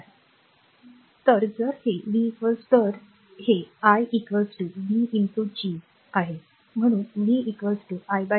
तर जर हे v r ah r ज्याला फक्त 1 मिनिट कॉल असेल तर क्षमस्व हे i r G rv आहे म्हणून v i by G